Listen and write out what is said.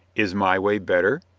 is my way better?